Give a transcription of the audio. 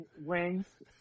wings